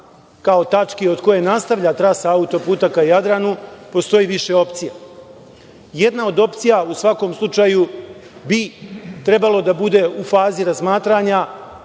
kao tački od koje nastavlja trasa autoputa ka Jadranu, postoji više opcija. Jedna od opcija, u svakom slučaju, bi trebalo da bude u fazi razmatranja,